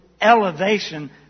elevation